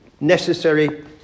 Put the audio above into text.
necessary